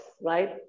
right